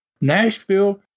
Nashville